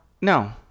no